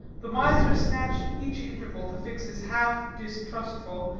the miser snatched each interval to fix his half distrustful,